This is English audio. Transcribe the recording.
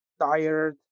tired